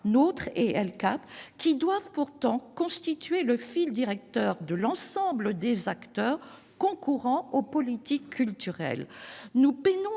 droits culturels doivent pourtant constituer le fil directeur de l'ensemble des acteurs concourant aux politiques culturelles.